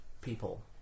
people